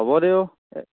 হ'ব দে অ'